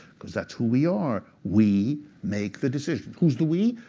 because that's who we are. we make the decisions. who's the we?